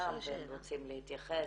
בנוכחותם והם רוצים להתייחס.